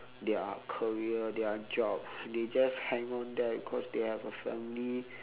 their career their job they just hang on there cause they have a family